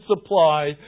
supply